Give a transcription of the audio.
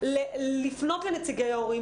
שתפנו לנציגי ההורים,